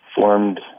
formed